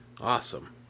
Awesome